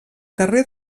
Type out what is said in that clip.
carrer